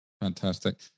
Fantastic